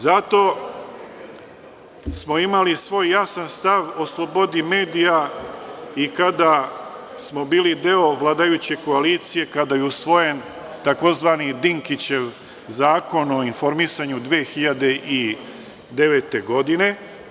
Zato smo imali svoj jasan stav o slobodi medija i kada smo bili deo vladajuće koalicije, kada je usvojen tzv. Dinkićev zakon o informisanju 2009. godine.